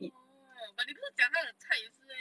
orh but 你不是讲它的菜也是 meh